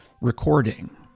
recording